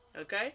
Okay